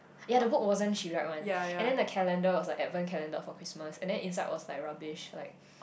ya the book wasn't she write one and then the calendar was like advance calendar for Christmas and then inside was like rubbish like